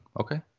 okay